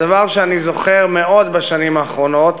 הדבר שאני זוכר מאוד בשנים האחרונות: